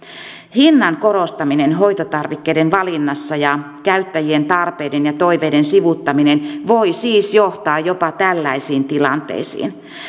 hinnan korostaminen hoitotarvikkeiden valinnassa ja käyttäjien tarpeiden ja toiveiden sivuuttaminen voi siis johtaa jopa tällaisiin tilanteisiin